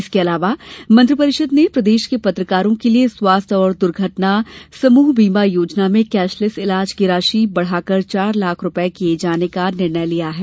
इसके अलावा मंत्रिपरिषद ने प्रदेश के पत्रकारों के लिए स्वास्थ्य एवं दुर्घटना समूह बीमा योजना में कैशलेस इलाज की राशि बढाकर चार लाख रुपए किए जाने का निर्णय लिया है